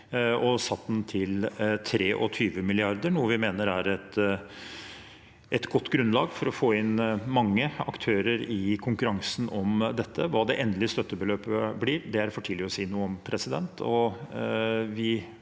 har satt den til 23 mrd. kr, noe vi mener er et godt grunnlag for å få inn mange aktører i konkurransen om dette. Hva det endelige støttebeløpet blir, er det for tidlig å si noe om. Vi er